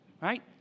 right